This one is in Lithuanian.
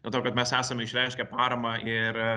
dėl to kad mes esam išreiškę paramą ir